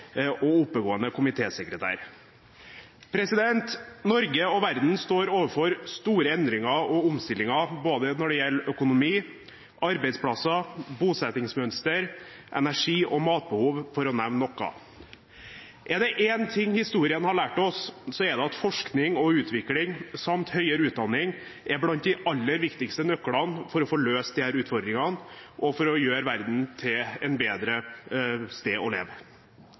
og oppegående komitésekretær. Norge og verden står overfor store endringer og omstillinger når det gjelder både økonomi, arbeidsplasser, bosettingsmønster, energi- og matbehov, for å nevne noe. Er det én ting historien har lært oss, så er det at forskning og utvikling samt høyere utdanning er blant de aller viktigste nøklene for å få løst disse utfordringene og for å gjøre verden til et bedre sted å leve.